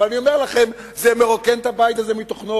אבל אני אומר לכם שזה מרוקן את הבית הזה מתוכנו.